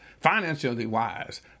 financially-wise